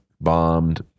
bombed